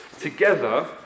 together